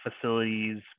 facilities